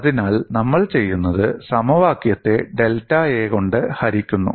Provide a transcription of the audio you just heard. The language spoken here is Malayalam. അതിനാൽ നമ്മൾ ചെയ്യുന്നത് സമവാക്യത്തെ ഡെൽറ്റ A കൊണ്ട് ഹരിക്കുന്നു